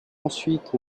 ensuite